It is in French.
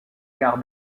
gare